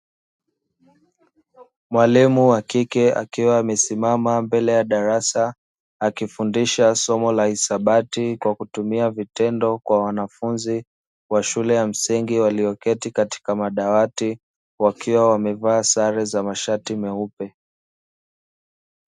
Mwalimu wa kike akiwa amesimama mbele ya darasa, akifundisha somo la hisabati kwa kutumia vitendo, kwa wanafunzi wa shule ya msingi walioketi katika madawati, wakiwa wamevaa sare za mashati meupe.